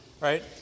right